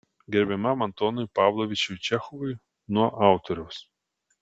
gerbiamam antonui pavlovičiui čechovui nuo autoriaus